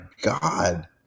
god